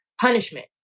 punishment